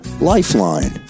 lifeline